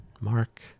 mark